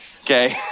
Okay